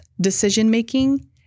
decision-making